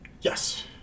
yes